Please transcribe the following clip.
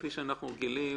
כפי שאנחנו רגילים,